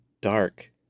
dark